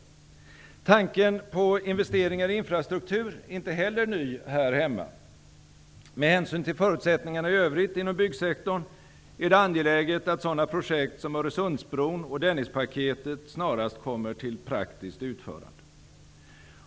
Tanken på investeringar i infrastruktur är inte heller ny här hemma. Med hänsyn till förutsättningarna i övrigt inom byggsektorn är det angeläget att sådana projekt som Öresundsbron och Dennispaketet snarast kommer till praktiskt utförande.